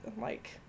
like-